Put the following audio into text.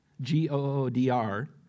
G-O-O-D-R